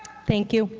thank you.